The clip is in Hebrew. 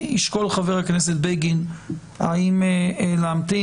ישקול חבר הכנסת בגין האם להמתין.